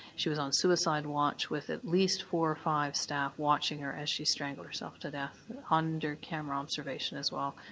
she was on suicide watch with at least four five staff watching her as she strangled herself to death under camera observation as well,